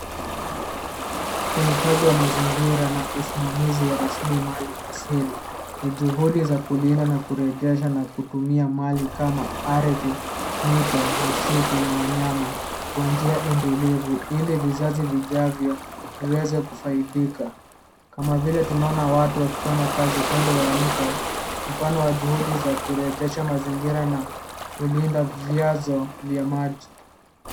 Uhifadhi wa mazingira na usimamizi wa rasilimali asili. Ni juhudi za kulinda na kurejesha na kutumia mali kama ardhi, mito, misiti na wanyama kwa njia endelevu ili vizazi vijavyo viweze kufaidika, kama vile tunaona watu wakifanya kazi kando ya mto, mfano wa juhudi za kurejesha mazingira na kulinda vianzo vya maji.